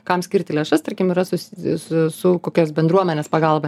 kam skirti lėšas tarkim yra susijęs su kokios bendruomenės pagalba